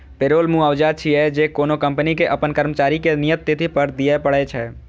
payroll मुआवजा छियै, जे कोनो कंपनी कें अपन कर्मचारी कें नियत तिथि पर दियै पड़ै छै